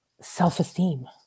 self-esteem